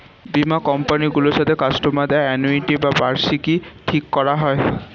বীমা কোম্পানি গুলোর সাথে কাস্টমার দের অ্যানুইটি বা বার্ষিকী ঠিক করা হয়